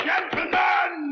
Gentlemen